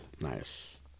Nice